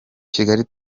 kigali